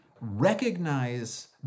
recognize